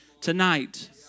tonight